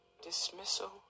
dismissal